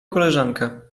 koleżanka